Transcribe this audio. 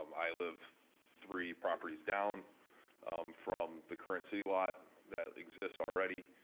um i live three properties down from the current city lot that exists already.